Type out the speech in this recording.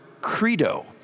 credo